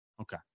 Okay